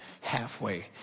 halfway